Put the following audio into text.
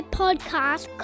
podcast